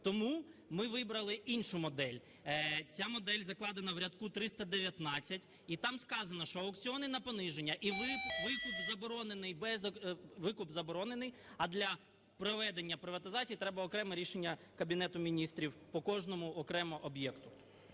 Тому ми вибрали іншу модель. Ця модель закладена в рядку 319 і там сказано, що аукціони на пониження викуп заборонений, а для проведення приватизації треба окреме рішення Кабінету Міністрів по кожному окремо об'єкту.